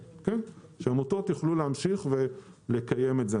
עמותות יוכלו להמשיך ולקיים את זה.